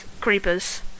creepers